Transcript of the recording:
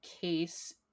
case